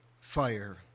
fire